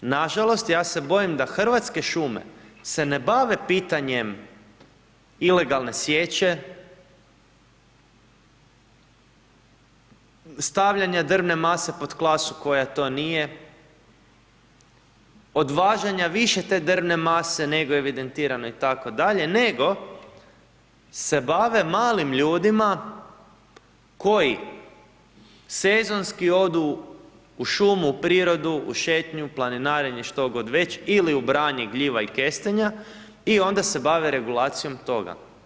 Na žalost ja se bojim da Hrvatske šume se ne bave pitanjem ilegalne sječe, stavljanja drvne mase pod klasu koja to nije, odvažanja više te drvne mase nego je evidentirano itd., nego se bave malim ljudima koji sezonski odu u šumu, u prirodu, u šetnju, planinarenje što god već ili u branje gljiva i kestenja i onda se bave regulacijom toga.